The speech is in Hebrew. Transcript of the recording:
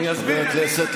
יש, אני אסביר.